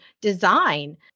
design